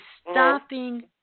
stopping